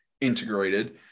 integrated